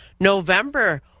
November